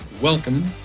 welcome